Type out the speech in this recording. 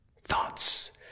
thoughts